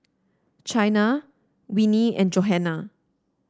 Chynna Winnie and Johannah